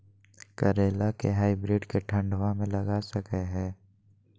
करेला के हाइब्रिड के ठंडवा मे लगा सकय हैय?